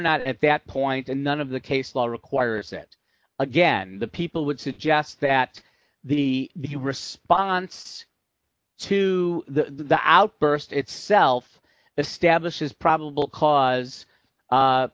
not at that point and none of the case law requires it again the people would suggest that the response to the outburst itself the stablish is probable cause